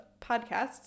podcasts